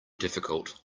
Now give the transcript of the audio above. difficult